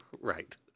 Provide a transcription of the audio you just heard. Right